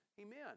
Amen